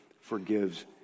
forgives